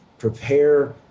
prepare